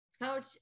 Coach